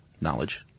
Knowledge